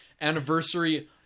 anniversary